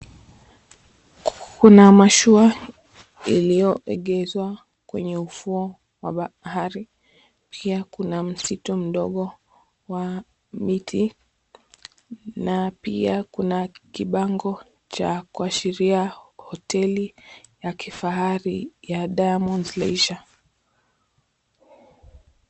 Kuna mashua iliyo egezwa kwenye ufuo wa bahari. Pia kuna msitu mdogo wa miti na pia kuna kibango cha kuashiria hoteli ya kifahari ya Diamonds Leisure.